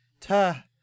ta